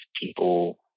people